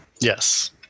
Yes